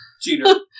Cheater